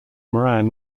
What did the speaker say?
moran